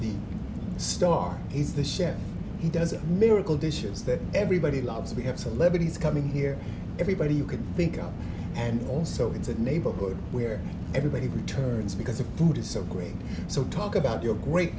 the star he's the chef he does it miracle dishes that everybody loves we have celebrities coming here everybody you can think of and also it's a neighborhood where everybody returns because of food is so great so talk about your great